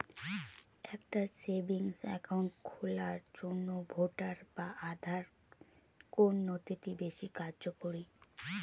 একটা savings account খোলার জন্য ভোটার বা আধার কোন নথিটি বেশী কার্যকরী?